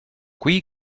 qui